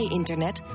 internet